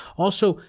also,